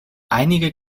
einige